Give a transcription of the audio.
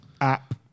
app